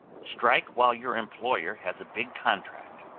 strike while your employer has a big contract.